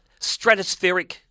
stratospheric